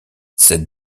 cette